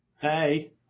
Hey